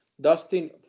Dustin